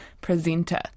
presenter